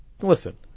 listen